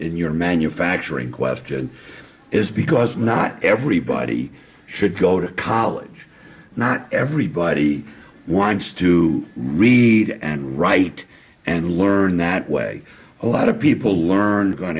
in your manufacturing question is because not everybody should go to college not everybody wants to read and write and learn that way a lot of people learn going